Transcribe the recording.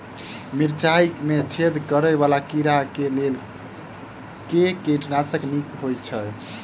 मिर्चाय मे छेद करै वला कीड़ा कऽ लेल केँ कीटनाशक नीक होइ छै?